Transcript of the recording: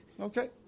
Okay